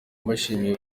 mbashimiye